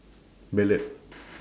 ballad